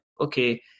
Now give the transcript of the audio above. okay